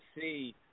see